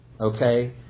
okay